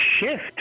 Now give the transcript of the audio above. shift